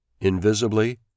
invisibly